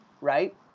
right